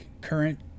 current